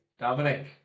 Dominic